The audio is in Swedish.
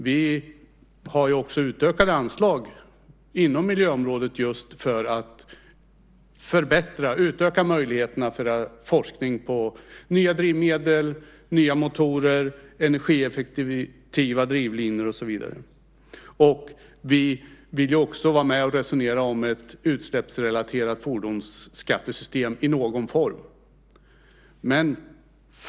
Vi har dock utökade anslag inom miljöområdet just för att förbättra och utöka möjligheterna till forskning på nya drivmedel, nya motorer, energieffektiva drivlinor och så vidare. Vi vill också vara med och resonera om ett utsläppsrelaterat fordonsskattesystem i någon form.